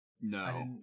No